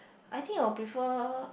I think I'll prefer